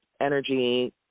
energy